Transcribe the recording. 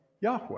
Yahweh